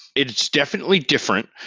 it's definitely different.